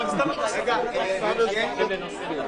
הישיבה